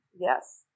Yes